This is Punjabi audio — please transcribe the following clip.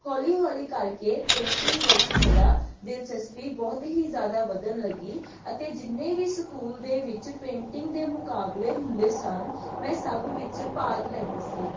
ਹੌਲੀ ਹੌਲੀ ਕਰਕੇ ਪੇਂਟਿੰਗ ਵਿੱਚ ਮੇਰਾ ਦਿਲਚਸਪੀ ਬਹੁਤ ਹੀ ਜ਼ਿਆਦਾ ਵਧਣ ਲੱਗੀ ਅਤੇ ਜਿੰਨੇ ਵੀ ਸਕੂਲ ਦੇ ਵਿੱਚ ਪੇਂਟਿੰਗ ਦੇ ਮੁਕਾਬਲੇ ਹੁੰਦੇ ਸਨ ਮੈਂ ਸਭ ਵਿੱਚ ਭਾਗ ਲੈਂਦੀ ਸੀ